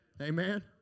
Amen